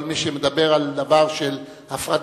כל מי שמדבר על דבר של הפרדה,